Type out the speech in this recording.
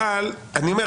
אבל עכשיו